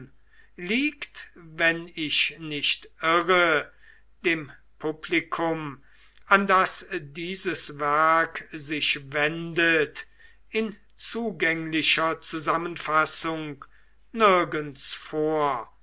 liegt wenn ich nicht irre dem publikum an das dieses werk sich wendet in zugänglicher zusammenfassung nirgends vor